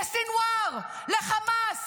לסנוואר, לחמאס.